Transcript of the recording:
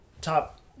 top